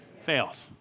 fails